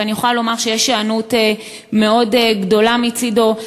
ואני יכולה לומר שיש היענות מאוד גדולה מצדו,